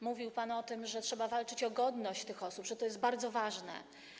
Mówił pan o tym, że trzeba walczyć o godność tych osób, że to jest bardzo ważne.